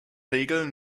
regel